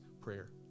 prayer